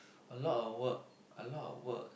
a lot of work a lot of work